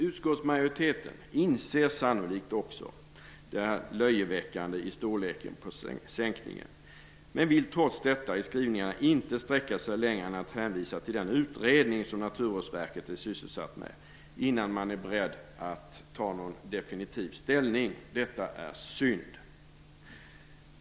Utskottsmajoriteten inser sannolikt också det löjeväckande i storleken på sänkningen, men vill trots detta i skrivningarna inte sträcka sig längre än att hänvisa till den utredning som Naturvårdsverket är sysselsatt med innan man är beredd att ta någon definitiv ställning. Detta är synd.